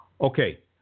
okay